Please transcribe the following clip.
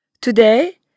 Today